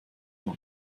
nur